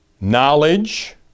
knowledge